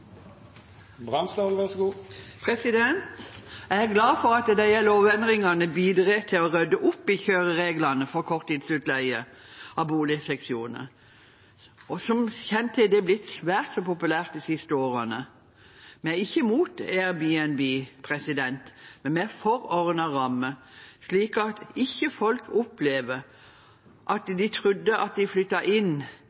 blitt svært så populært de siste årene. Vi er ikke imot Airbnb, men vi er for ordnede rammer, slik at folk ikke opplever at